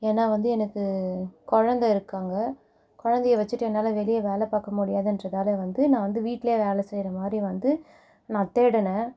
ஏனால் வந்து எனக்கு குழந்த இருக்காங்க குழந்தைய வெச்சுட்டு என்னால் வெளியே வேலைப் பார்க்க முடியாதுன்றதால் வந்து நான் வந்து வீட்டில் வேலை செய்கிற மாதிரி வந்து நான் தேடினேன்